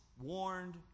warned